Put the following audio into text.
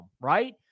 right